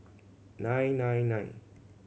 nine nine nine